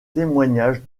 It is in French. témoignages